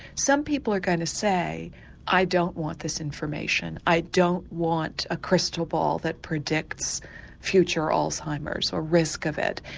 some people are going to say i don't want this information, i don't want a crystal ball that predicts future alzheimer's or risk of it,